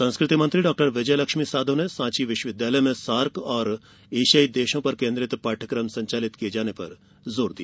संस्कृति मंत्री डॉ विजय लक्ष्मी साधौ ने सांची विश्वविद्यालय में सार्क और एशियाई देशों पर केंद्रित पाठ्यक्रम संचालित किये जाने पर जोर दिया